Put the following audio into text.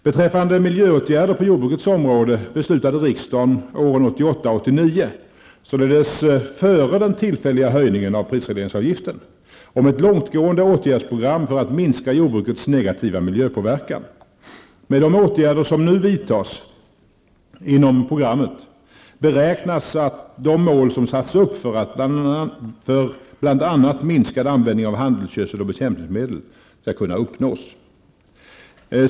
Beträffande miljöåtgärder på jordbrukets område beslutade riksdagen åren 1988 och 1989, således före den tillfälliga höjningen av prisregleringsavgiften, om ett långtgående åtgärdsprogram för att minska jordbrukets negativa miljöpåverkan. Med de åtgärder som nu vidtas inom programmet beräknas de mål som satts upp för bl.a. minskad användning av handelsgödsel och bekämpningsmedel kunna uppnås.